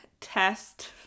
test